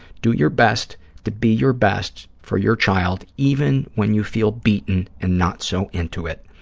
do your best to be your best for your child, even when you feel beaten and not so into it.